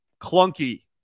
clunky